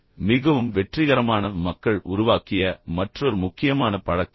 மிகவும் வெற்றிகரமான மக்கள் உருவாக்கிய மற்றொரு முக்கியமான பழக்கம் இது